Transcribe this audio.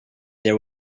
there